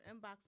inbox